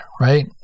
Right